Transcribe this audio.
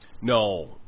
No